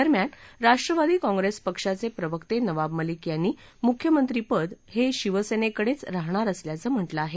दरम्यान राष्ट्रवादी काँप्रेस पक्षाचे प्रवक्ते नवाब मलिक यांनी मुख्यमंत्रीपद हे शिवसेनेकडेच राहणार असल्याचं म्हटलं आहे